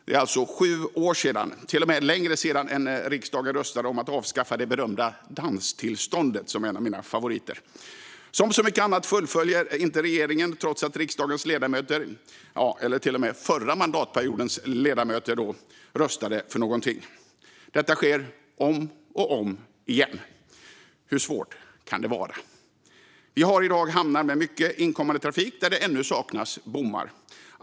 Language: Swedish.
Det är alltså sju år sedan - till och med längre sedan än när riksdagen röstade om att avskaffa det berömda danstillståndet, som är en av mina favoriter. Som så mycket annat fullföljer regeringen inte detta trots att riksdagens ledamöter - det var till och med förra mandatperiodens ledamöter - röstade för det. Detta sker om och om igen. Hur svårt kan det vara? Vi har i dag hamnar med mycket inkommande trafik där det ännu saknas bommar.